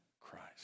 Christ